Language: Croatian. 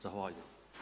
Zahvaljujem.